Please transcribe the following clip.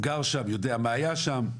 אני גר שם ויודע מה היה שם,